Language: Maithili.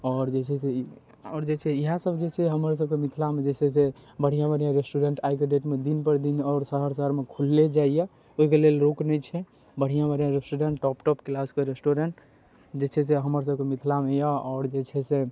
आओर जे छै से ई आओर जे छै इएहसब जे छै हमरसभके मिथिलामे जे छै से बढ़िआँ बढ़िआँ रेस्टोरेन्ट आइके डेटमे दिनपर दिन आओर शहर शहरमे खुलले जाइए ओहिके लेल रोक नहि छै बढ़िआँ बढ़िआँ रेस्टोरेन्ट टॉप टॉप किलासके रेस्टोरेन्ट जे छै से हमरसभके मिथिलामे अइ आओर जे छै से